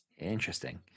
Interesting